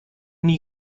nie